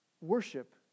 worship